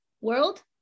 world